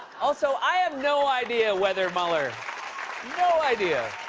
also, i have no idea whether mueller no idea.